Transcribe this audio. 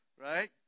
Right